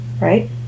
right